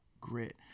grit